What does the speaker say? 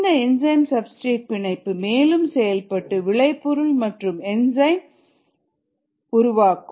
இந்த enzyme substrate பிணைப்பு மேலும் செயல்பட்டு விளைபொருள் மற்றும் என்சைம் உருவாக்கும்